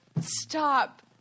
stop